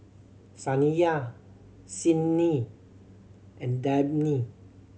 Saniyah Sydni and Dabney